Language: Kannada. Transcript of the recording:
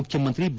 ಮುಖ್ಯಮಂತ್ರಿ ಬಿ